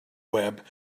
web